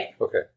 Okay